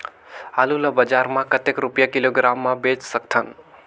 आलू ला बजार मां कतेक रुपिया किलोग्राम म बेच सकथन?